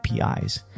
APIs